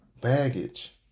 baggage